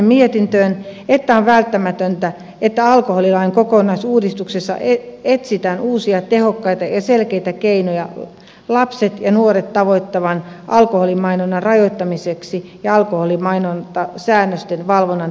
kirjasimme mietintöön että on välttämätöntä että alkoholilain kokonaisuudistuksessa etsitään uusia tehokkaita ja selkeitä keinoja lapset ja nuoret tavoittavan alkoholimainonnan rajoittamiseksi ja alkoholimainontasäännösten valvonnan tehostamiseksi